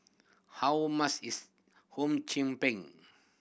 how much is Hum Chim Peng